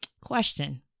Question